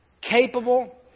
capable